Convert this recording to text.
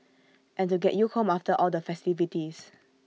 and to get you home after all the festivities